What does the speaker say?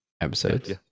episodes